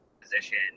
position